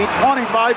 25